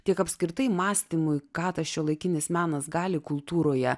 tiek apskritai mąstymui ką tas šiuolaikinis menas gali kultūroje